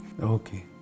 Okay